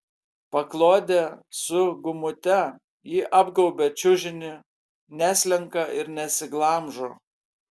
paklodė su gumute ji apgaubia čiužinį neslenka ir nesiglamžo